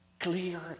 Clear